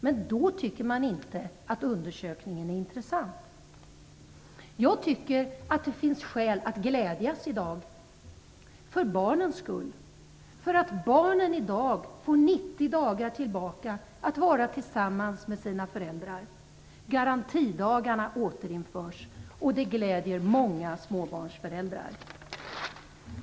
Men då tycker man inte att undersökningen är intressant. Jag tycker att det finns skäl att glädjas för barnens skull i dag. Barnen får i dag tillbaks 90 dagar att vara tillsammans med sina föräldrar under. Garantidagarna återinförs. Det gläder många småbarnsföräldrar.